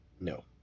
No